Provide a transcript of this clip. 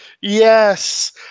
Yes